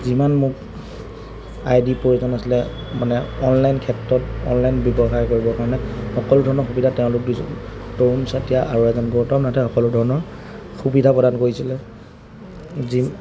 যিমান মোক I D প্ৰয়োজন আছিলে মানে অনলাইন ক্ষেত্ৰত অনলাইন ব্যৱসায় কৰিবৰ কাৰণে সকলো ধৰণৰ সুবিধা তেওঁলোক দুয়োজনে তৰুণ চেতিয়া আৰু এজন গৌতম নাথে সকলো ধৰণৰ সুবিধা প্ৰদান কৰিছিলে যি